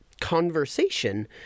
conversation